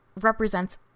represents